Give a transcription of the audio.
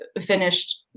finished